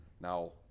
Now